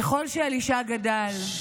ככל שאלישע גדל,